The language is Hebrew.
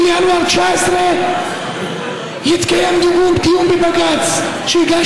אנחנו יודעים שיש היום הרבה הורים טבעונים שהם נגד